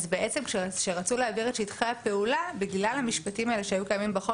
אז כשרצו להעביר את שטחי הפעולה בגלל המשפטים שהיו קיימים בחוק